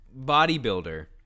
bodybuilder